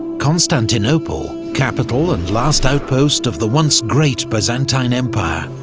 constantinople, capital and last outpost of the once-great byzantine empire,